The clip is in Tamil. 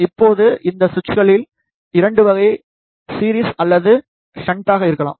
இப்போது இந்த சுவிட்சுகள் 2 வகை சீரிஸ் களாகவோ அல்லது ஷண்டாகவோ இருக்கலாம்